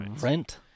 rent